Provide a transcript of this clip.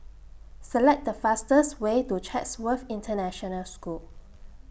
Select The fastest Way to Chatsworth International School